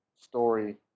story